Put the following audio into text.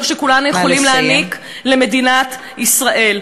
שכולנו יכולים להעניק למדינת ישראל,